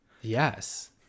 Yes